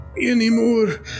anymore